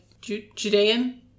Judean